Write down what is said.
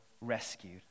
rescued